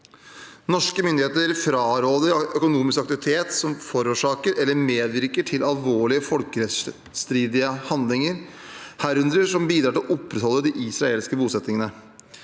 Norske myndigheter fraråder økonomisk aktivitet som forårsaker eller medvirker til alvorlige folkerettsstridige handlinger, herunder som bidrar til å opprettholde de israelske bosettingene.